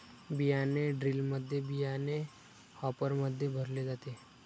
बियाणे ड्रिलमध्ये बियाणे हॉपरमध्ये भरले जाते